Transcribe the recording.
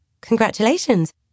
Congratulations